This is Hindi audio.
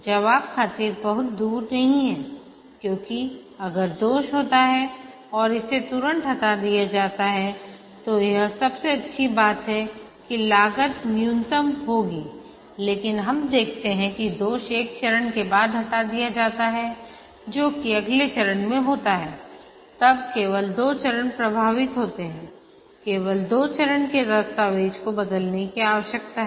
जवाब खातिर बहुत दूर नहीं है क्योंकि अगर दोष होता है और इसे तुरंत हटा दिया जाता है तो यह सबसे अच्छी बात है कि लागत न्यूनतम होगी लेकिन हम देखते हैं कि दोष एक चरण के बाद हटा दिया जाता है जो कि अगले चरण में होता है तब केवल दो चरण प्रभावित होते हैं केवल दो चरण के दस्तावेज़ को बदलने की आवश्यकता है